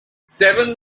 seven